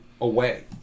away